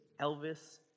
Elvis